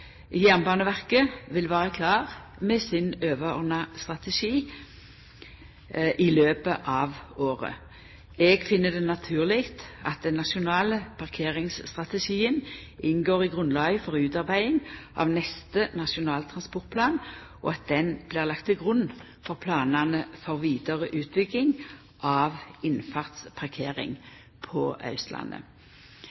Jernbaneverket vil vera klar med sin overordna strategi i løpet av året. Eg finn det naturleg at den nasjonale parkeringsstrategien inngår i grunnlaget for utarbeiding av neste nasjonale transportplan, og at han blir lagd til grunn for planane for vidare utbygging av